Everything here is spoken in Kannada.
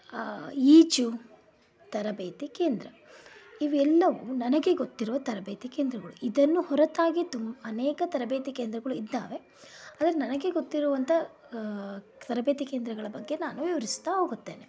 ಈಜು ತರಬೇತಿ ಕೇಂದ್ರ ಇವೆಲ್ಲವೂ ನನಗೆ ಗೊತ್ತಿರುವ ತರಬೇತಿ ಕೇಂದ್ರಗಳು ಇದನ್ನು ಹೊರತಾಗಿ ತು ಅನೇಕ ತರಬೇತಿ ಕೇಂದ್ರಗಳು ಇದ್ದಾವೆ ಆದರೆ ನನಗೆ ಗೊತ್ತಿರುವಂಥ ತರಬೇತಿ ಕೇಂದ್ರಗಳ ಬಗ್ಗೆ ನಾನು ವಿವರಿಸ್ತಾ ಹೋಗುತ್ತೇನೆ